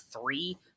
three